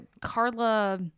carla